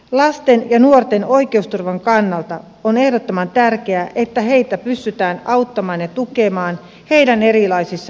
lasten ja nuorten oikeusturvan kannalta on ehdottoman tärkeää että heitä pystytään auttamaan ja tukemaan heidän erilaisissa ongelmissaan